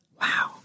Wow